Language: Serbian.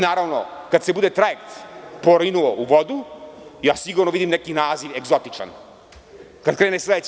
Naravno, kad se bude trajekt porinuo u vodu, ja sigurno vidim neki egzotičan naziv.